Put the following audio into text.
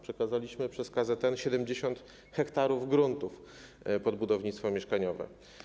Przekazaliśmy przez KZN 70 ha gruntów pod budownictwo mieszkaniowe.